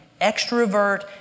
extrovert